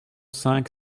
cinq